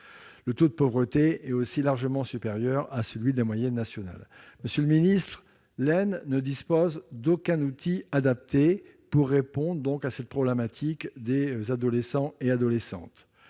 Le taux de pauvreté est aussi largement supérieur à la moyenne nationale. Monsieur le secrétaire d'État, l'Aisne ne dispose d'aucun outil adapté pour répondre à cette problématique des adolescents et adolescentes.